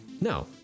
No